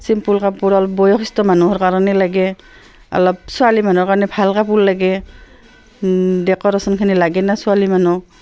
চিম্পুল কাপোৰ অলপ বয়সস্থ মানুহৰ কাৰণে লাগে অলপ ছোৱালী মানুহৰ কাৰণে ভাল কাপোৰ লাগে ডেকৰেশ্যনখিনি লাগে ন ছোৱালী মানুহ